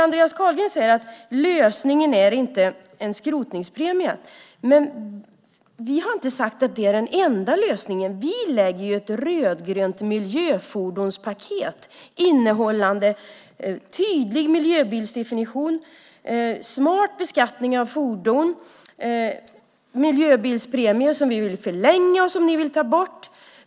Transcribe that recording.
Andreas Carlgren säger att lösningen inte är en skrotningspremie. Men vi har inte sagt att det är den enda lösningen. Vi lägger ett rödgrönt miljöfordonspaket innehållande en tydlig miljöbilsdefinition, smart beskattning av fordon och en miljöbilspremie som vi vill förlänga och ni vill ta bort.